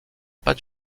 pas